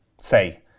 say